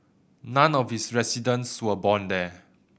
none of its residents were born there